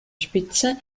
spitze